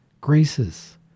graces